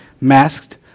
masked